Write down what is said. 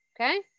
okay